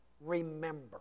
remember